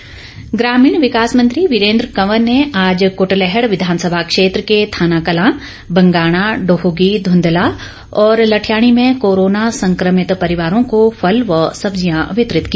वीरेन्द्र कंवर ग्रामीण विकास मंत्री वीरेन्द्र कंवर ने आज कुटलैहड़ विधानसभा क्षेत्र के थाना कलां बंगाणा डोहगी धुंदला और लठयाणी में कोरोना संक्रमित परिवारों को फल व सब्जियां वितरित की